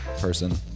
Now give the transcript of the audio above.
person